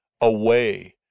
Away